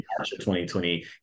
2020